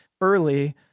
early